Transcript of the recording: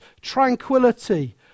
tranquility